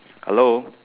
hello